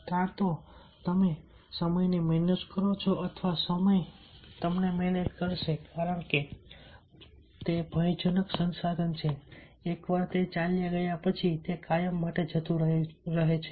કાં તો તમે સમયને મેનેજ કરો છો અથવા સમય તમને મેનેજ કરશે કારણ કે તે એક ભયજનક સંસાધન છે એકવાર તે ચાલ્યા ગયા પછી તે કાયમ માટે જતું રહે છે